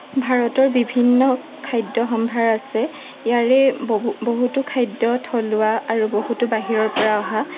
ভাৰতৰ বিভিন্ন খাদ্য সম্ভাৰ আছে ইয়াৰে বহু বহুতো খাদ্য থলুৱা আৰু বহুতো বাহিৰৰ পৰা অহা